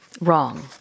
wrong